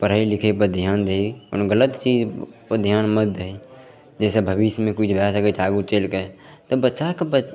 पढ़ै लिखैपर धिआन दही कोनो गलत चीजपर धिआन मत दही जइसे भविष्यमे किछु भै सकै छै आगू चलिके तऽ बच्चाके बस